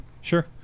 Sure